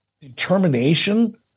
determination